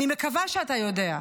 אני מקווה שאתה יודע,